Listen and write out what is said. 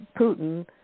Putin